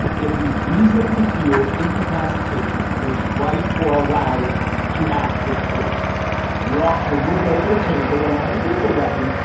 if he reasonably feared incapacitation was right or allowed to act with force and the officer would know that a taser, while not a lethal weapon,